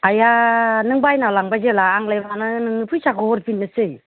आइया नों बायना लांबाय जेला आंलाय मानो नोंनि फैसाखौ हरफिन्नोसै